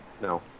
No